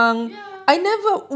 ya